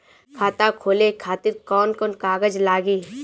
खाता खोले खातिर कौन कौन कागज लागी?